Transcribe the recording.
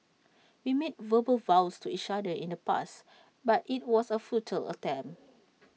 we made verbal vows to each other in the past but IT was A futile attempt